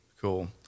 cool